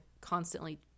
constantly